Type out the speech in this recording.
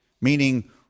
meaning